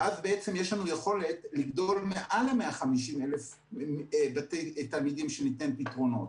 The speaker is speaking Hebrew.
ואז בעצם יש לנו יכולת לגדול מעל ל-150,000 תלמידים שנמצא להם פתרונות.